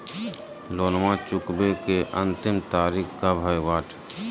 लोनमा चुकबे के अंतिम तारीख कब हय?